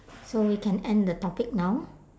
so we can end the topic now